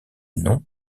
nom